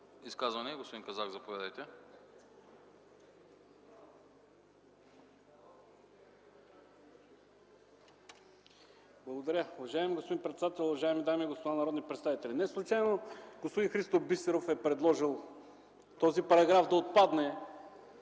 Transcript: Изказвания – господин Казак, заповядайте. ЧЕТИН КАЗАК (ДПС): Благодаря. Уважаеми господин председател, уважаеми дами и господа народни представители! Не случайно господин Христо Бисеров е предложил този параграф да отпадне.